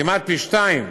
כמעט פי-שניים.